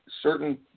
certain